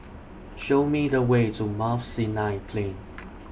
Show Me The Way to Mount Sinai Plain